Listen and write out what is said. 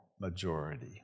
majority